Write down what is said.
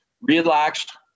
relaxed